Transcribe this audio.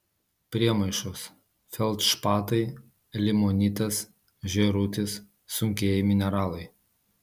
priemaišos feldšpatai limonitas žėrutis sunkieji mineralai